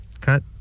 cut